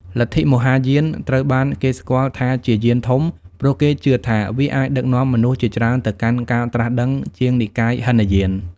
លទ្ធិមហាយាន ត្រូវបានគេស្គាល់ថាជាយានធំ ព្រោះគេជឿថាវាអាចដឹកនាំមនុស្សជាច្រើនទៅកាន់ការត្រាស់ដឹងជាងនិកាយហីនយាន។